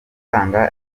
gutanga